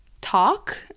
talk